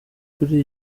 kuri